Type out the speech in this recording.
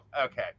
Okay